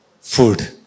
Food